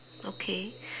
okay